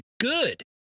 good